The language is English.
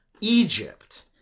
Egypt